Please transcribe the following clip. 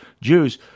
Jews